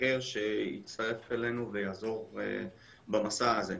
אחר שיצטרף אלינו ויעזור במסע הזה.